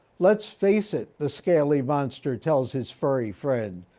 let's face it, the scaly monster tells his furry friend,